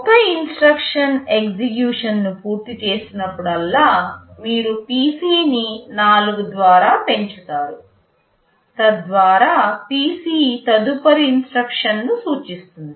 ఒక ఇన్స్ట్రక్షన్ ఎగ్జిక్యూషన్ను పూర్తి చేసినప్పుడల్లా మీరు PC ని 4 ద్వారా పెంచుతారు తద్వారా PC తదుపరి ఇన్స్ట్రక్షన్ను సూచిస్తుంది